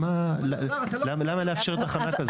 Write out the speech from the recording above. מה, למה לאפשר תחנה כזו?